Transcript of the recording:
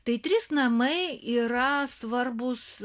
tai trys namai yra svarbūs